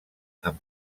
amb